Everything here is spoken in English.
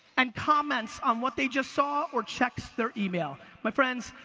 and comments on what they just saw, or checks their email. my friends,